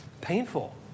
painful